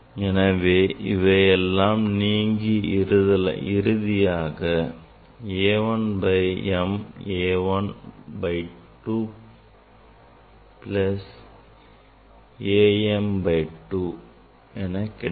எனவே இவை எல்லாம் நீங்கி இறுதியாக A 1 by m A 1 by 2 plus A m by 2 கிடைக்கும்